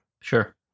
sure